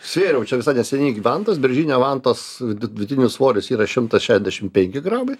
svėriau čia visai neseniai gi vantas beržinė vantos vidutinis svoris yra šimtas šešiasdešim penki gramai